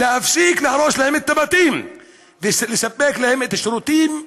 להפסיק להרוס להם את הבתים ולספק להם את השירותים הבסיסיים: